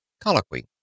Colloquy